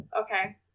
Okay